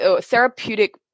therapeutic